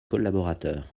collaborateurs